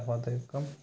తర్వాత ఇంకా